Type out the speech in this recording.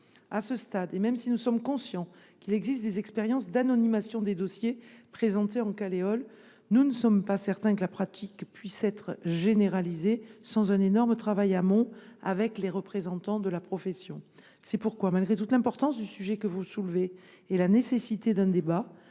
À ce stade, et même si nous sommes conscients qu’il existe des expériences d’anonymisation des dossiers présentés en Caleol, nous ne sommes pas certains que la pratique puisse être généralisée sans un énorme travail en amont avec les représentants de la profession. C’est pourquoi, malgré toute l’importance du sujet que vous soulevez et la nécessité d’un débat,